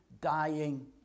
dying